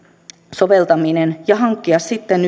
soveltaminen ja hankkia sitten